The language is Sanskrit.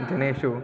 जनेषु